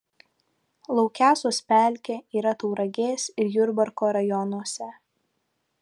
laukesos pelkė yra tauragės ir jurbarko rajonuose